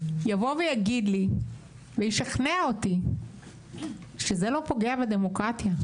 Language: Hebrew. יבוא ויגיד לי וישכנע אותי שזה לא פוגע בדמוקרטיה,